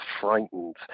frightened